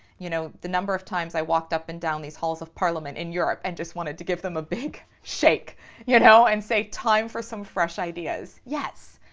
you know, the number of times i walked up and down these halls of parliament in europe and just wanted to give them a big shake, you know, and say time for some fresh ideas. yes!